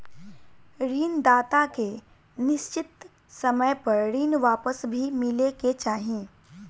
ऋण दाता के निश्चित समय पर ऋण वापस भी मिले के चाही